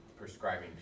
Prescribing